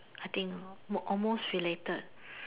I think more almost related